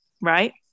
right